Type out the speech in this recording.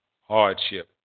hardship